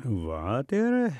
vat ir